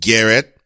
Garrett